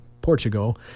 portugal